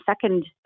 second